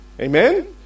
Amen